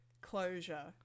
closure